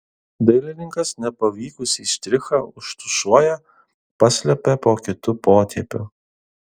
dailininkas nepavykusį štrichą užtušuoja paslepia po kitu potėpiu